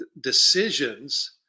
decisions